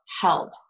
held